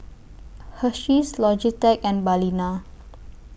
Hersheys Logitech and Balina